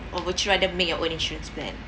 or would you rather make your own insurance plan